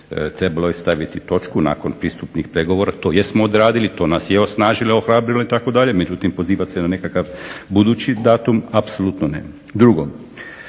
Trebalo je staviti točku nakon pristupnih pregovora. To jesmo radili, to nas je osnažilo, ohrabrilo itd. međutim pozivati se na nekakav budući datum, apsolutno ne.